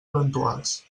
eventuals